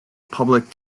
public